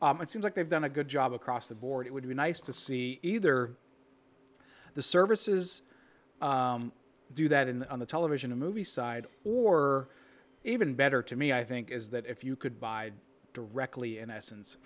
it seems like they've done a good job across the board it would be nice to see either the services do that in on the television a movie side or even better to me i think is that if you could buy directly in essence